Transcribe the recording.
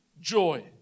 joy